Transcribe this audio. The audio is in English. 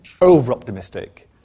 over-optimistic